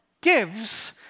gives